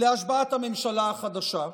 להשבעת הממשלה החדשה,